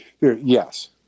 Yes